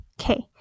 okay